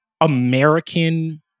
American